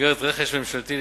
במסגרת רכש ממשלתי,